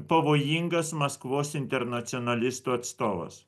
pavojingas maskvos internacionalistų atstovas